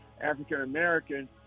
African-American